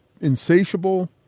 Insatiable